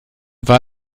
war